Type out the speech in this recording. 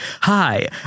hi